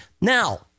Now